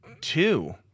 two